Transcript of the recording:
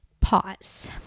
pause